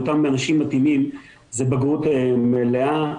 מאותם אנשים מתאימים זה בגרות מלאה,